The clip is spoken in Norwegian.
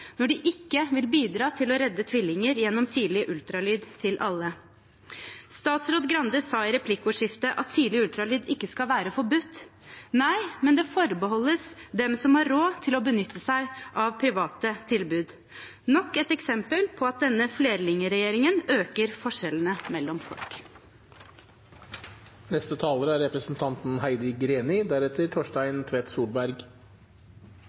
når de ikke vil bidra til å redde tvillinger gjennom tidlig ultralyd til alle. Statsråd Skei Grande sa i replikkordskiftet at tidlig ultralyd ikke skal være forbudt. Nei, men det forbeholdes dem som har råd til å benytte seg av private tilbud – nok et eksempel på at denne flerlingregjeringen øker forskjellene mellom folk.